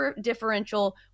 differential